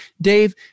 Dave